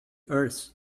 earth